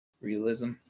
realism